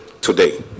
today